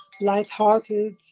light-hearted